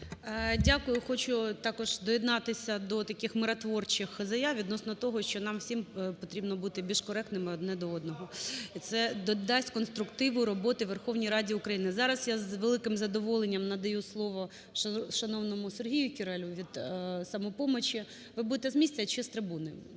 Дякую. Хочу також доєднатися до таких миротворчих заяв відносно того, що нам всім потрібно бути більш коректними одне до одного, і це додасть конструктиву роботи Верховній Раді України. Зараз я з великим задоволенням надаю слово шановному Сергію Кіралю від "Самопомочі". Ви будете з місця чи з трибуни?